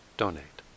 donate